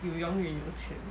你永远有钱